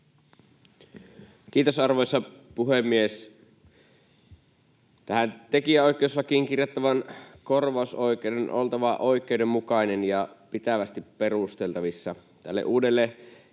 Kiitos, arvoisa puhemies! Tähän tekijänoikeuslakiin kirjattavan korvausoikeuden on oltava oikeudenmukainen ja pitävästi perusteltavissa.